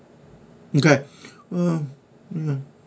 okay err err